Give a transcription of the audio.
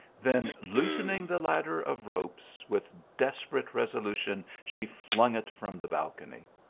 then loosening the ladder of ropes, with desperate resolution she flung it from the balcony.